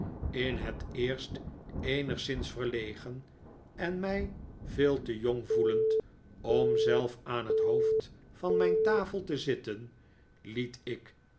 in het eerst eenigszins verlegen en mij veel te jong voelend om zelf aan het hoofd van mijn tafel te zitten liet ik